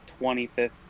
25th